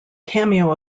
cameo